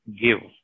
give